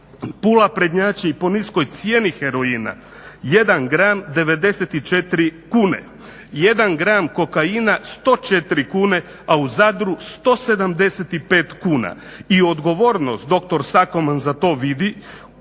Pula prednjači i po niskoj cijeni heroina. 1 gram 94 kune, 1 gram kokaina 104 kune, a u Zadru 175 kuna. I odgovornost dr. Sakoman za to vidi,